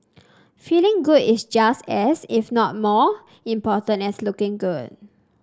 feeling good is just as if not more important as looking good